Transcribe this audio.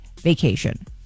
vacation